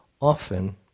often